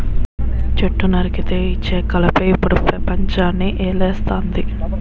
చెట్టు నరికితే వచ్చే కలపే ఇప్పుడు పెపంచాన్ని ఏలేస్తంది